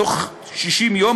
בתוך 60 יום,